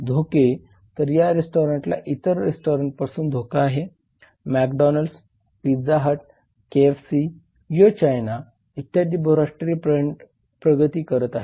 धोके तर या रेस्टारंटला इतर रेस्टॉरंट्सपासून धोका आहे McDonald's Pizza Hut KFC Yo China इत्यादी बहुराष्ट्रीय ब्रँड प्रगती करीत आहेत